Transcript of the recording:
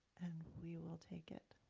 and we will take it.